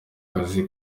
kazi